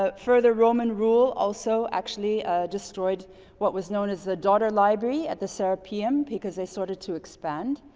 ah further roman rule also actually destroyed what was known as the daughter library at the serapeum because they started to expand.